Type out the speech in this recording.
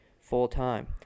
full-time